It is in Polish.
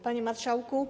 Panie Marszałku!